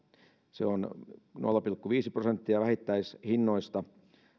se on nolla pilkku viisi prosenttia vähittäishinnoista